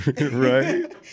Right